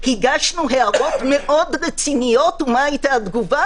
הגשנו הערות מאוד רציניות, ומה היתה התגובה